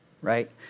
right